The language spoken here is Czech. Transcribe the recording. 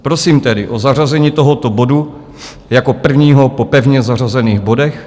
Prosím tedy o zařazení tohoto bodu jako prvního po pevně zařazených bodech.